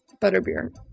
Butterbeer